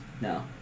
No